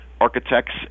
architects